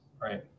right